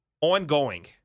Ongoing